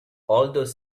although